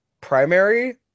primary